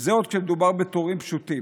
וזה עוד כשמדובר בתורים פשוטים.